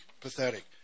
pathetic